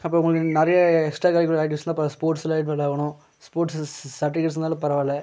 அப்பறம் உங்களுக்கு நிறையா எக்ஸ்ட்ரா கரிகுலர் ஆக்டிவிட்டீஸில் இப்போ ஸ்போர்ட்ஸில் இன்வால்வ் ஆகணும் ஸ்போர்ட்ஸு சர்டிஃபிகேட்ஸ்னாலும் பரவாயில்லை